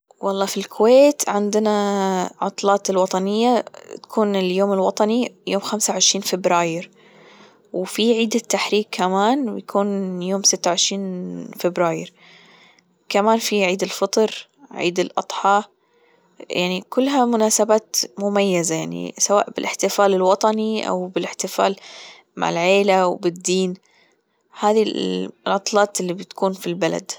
والله في الكويت عندنااا العطلات الوطنية يكون اليوم الوطني يكون خمسة وعشرين فبراير، في عيد التحرر كمان يكون يوم ستة وعشرين فبراير كمان في عيد الفطر ،عيد الاضحى يعني كلها مناسبات مميزة يعني سواءالاحتفال الوطني او بالاحتفال مع العائله والدين هذه العطلات اللي بتكون في البلد؟